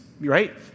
right